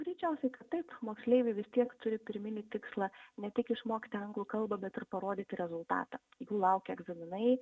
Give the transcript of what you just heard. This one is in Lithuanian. greičiausiai kad taip moksleiviai vis tiek turi pirminį tikslą ne tik išmokti anglų kalbą bet ir parodyti rezultatą jų laukia egzaminai